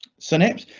synapse.